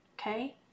Okay